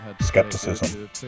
skepticism